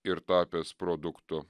ir tapęs produktu